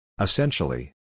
Essentially